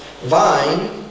vine